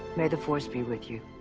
may the force be with you.